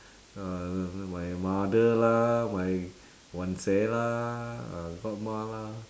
uh my mother lah my lah uh godma lah